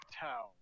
town